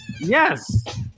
Yes